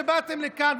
שבאתם לכאן,